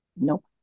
Nope